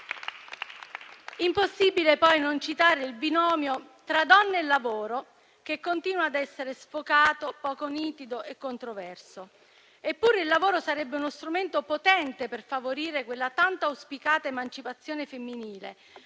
Impossibile, poi, non citare il binomio tra donne e lavoro, che continua ad essere sfocato, poco nitido e controverso. Eppure, il lavoro sarebbe uno strumento potente per favorire quella tanta auspicata emancipazione femminile,